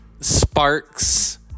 sparks